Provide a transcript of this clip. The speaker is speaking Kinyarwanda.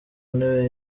ntebe